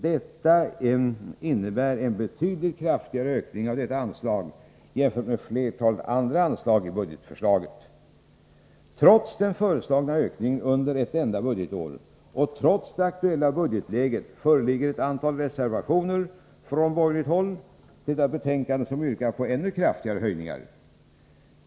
Det innebär en betydligt kraftigare ökning av detta anslag jämfört med flertalet andra anslag i budgetförslaget. Trots den föreslagna ökningen under ett enda budgetår och trots det aktuella budgetläget föreligger ett antal reservationer från borgerligt håll i detta betänkande, i vilka man yrkar på ännu kraftigare höjningar.